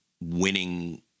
winning